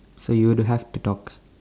so you would have to talk